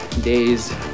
days